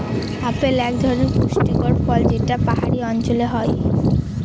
apple এক ধরনের পুষ্টিকর ফল যেটা পাহাড়ি অঞ্চলে হয়